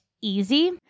easy